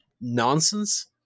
nonsense